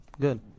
good